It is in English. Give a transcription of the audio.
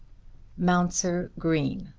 mounser green.